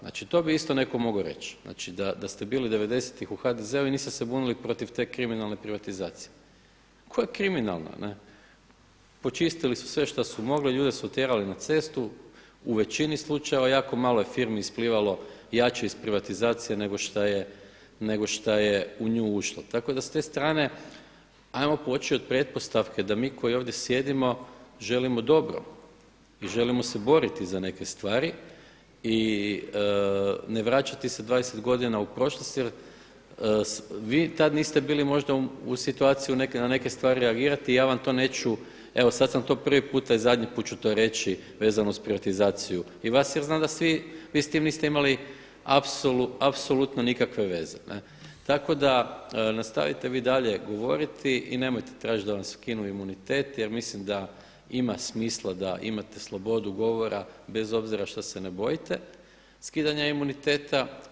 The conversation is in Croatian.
Znači, to bi isto netko mogao reći znači da ste bili devedesetih u HDZ-u i niste se bunili protiv te kriminalne privatizacije koja je kriminalna, počistili su sve šta su mogli, ljude su otjerali na cestu u većini slučajeva, jako malo je firmi isplivalo jače iz privatizacije nego šta je u nju ušlo, tako da s te strane ajmo poći od pretpostavke da mi koji ovdje sjedimo želimo dobro i želimo se boriti za neke stvari i ne vraćati se 20 godina u prošlost jer vi tad niste bili možda u situaciji na neke stvari reagirati i ja vam to neću, evo sad sam to prvi puta i zadnji put ću to reći vezano uz privatizaciju i vas jer znam da vi s tim niste imali apsolutno nikakve veze, tako da nastavite vi dalje govoriti i nemojte tražiti da vam skinu imunitet jer mislim da ima smisla da imate slobodu govora bez obzira šta se ne bojite skidanja imuniteta.